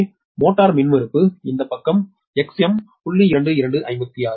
எனவே மோட்டார் மின்மறுப்பு இந்த பக்கம் எக்ஸ்எம் 0